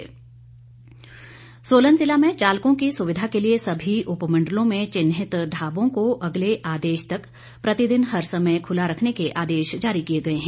उपायुक्त आदेश सोलन ज़िला में चालकों की सुविधा के लिए सभी उपमंडलों में चिन्हित ढाबों को अगले आदेश तक प्रतिदिन हर समय खुला रखने के आदेश जारी किए गए हैं